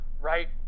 right